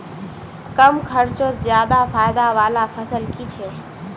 कम खर्चोत ज्यादा फायदा वाला फसल की छे?